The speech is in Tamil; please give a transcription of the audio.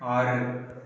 ஆறு